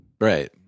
right